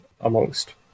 amongst